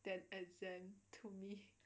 then exam to me